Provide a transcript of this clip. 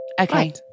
Okay